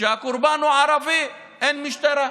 וכשהקורבן הוא ערבי אין משטרה.